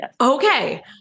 Okay